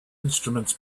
instruments